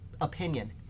opinion